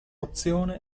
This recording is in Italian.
opzione